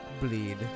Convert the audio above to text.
bleed